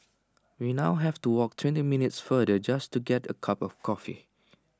we now have to walk twenty minutes farther just to get A cup of coffee